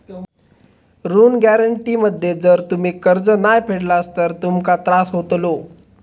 ऋण गॅरेंटी मध्ये जर तुम्ही कर्ज नाय फेडलास तर तुमका त्रास होतलो